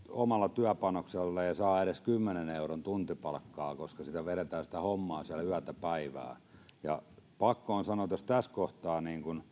omalle työpanokselleen edes kymmenen euron tuntipalkkaa koska sitä hommaa vedetään siellä yötä päivää pakko on sanoa että jos tässä kohtaa